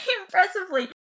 impressively